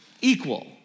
equal